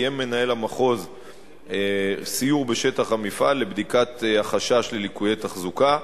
קיים מנהל המחוז סיור בשטח המפעל לבדיקת החשש לליקויי אחזקה.